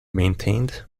maintained